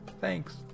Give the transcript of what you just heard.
thanks